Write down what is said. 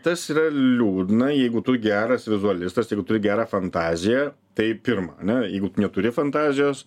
tas yra liūdna jeigu tu geras vizualistas jeigu turi gerą fantaziją tai pirma ane jeigu tu neturi fantazijos